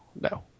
no